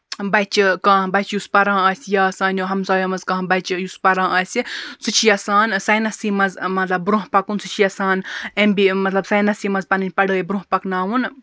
بَچہِ کانٛہہ بَچہِ یُس پَران آسہِ یا سانیٚو ہَمسایو مَنٛز کانٛہہ بَچہِ یُس پَران آسہِ سُہ چھُ یَژھان ساینَسٕے مَنٛز برونٛہہ پَکُن سُہ چھُ یَژھان ایٚم بی اے مَطلَب ساینَسٕے مَنٛز پَنٕنۍ پَڑٲے برونٛہہ پَکناوُن